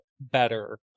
better